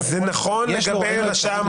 יש לו או אין לו משאבים לשלם?